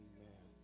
Amen